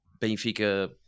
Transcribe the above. Benfica